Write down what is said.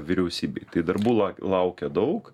vyriausybei tai darbų la laukia daug